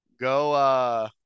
Go